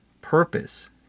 purpose